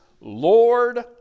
Lord